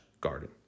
garden